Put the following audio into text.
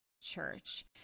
church